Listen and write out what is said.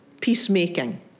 peacemaking